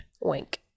wink